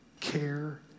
care